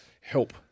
help